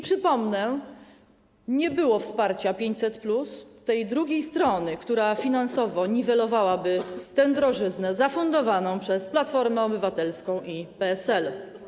Przypomnę, że nie było wsparcia 500+, tej drugiej strony, która finansowo niwelowałaby drożyznę zafundowaną przez Platformę Obywatelską i PSL.